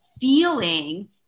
feeling